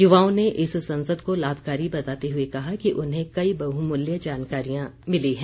युवाओं ने इस संसद को लाभकारी बताते हुए कहा कि उन्हें कई बहुमूल्य जानकारियां मिली हैं